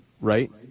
right